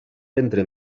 ventre